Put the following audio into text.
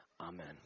Amen